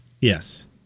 Yes